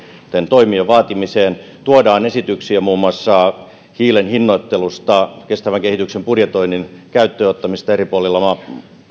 toimien vaatimiseen tuodaan esityksiä muun muassa hiilen hinnoittelusta ja kestävän kehityksen budjetoinnin käyttöön ottamisesta